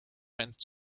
went